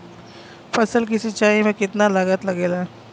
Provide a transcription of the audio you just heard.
फसल की सिंचाई में कितना लागत लागेला?